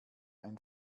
ein